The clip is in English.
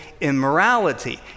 immorality